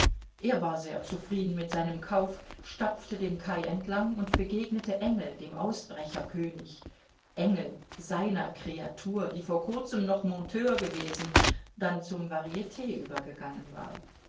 er war sehr zufrieden mit seinem kauf stapfte den kai entlang und begegnete engel dem ausbrecherkönig engel seiner kreatur die vor kurzem noch monteur gewesen dann zum variet übergegangen war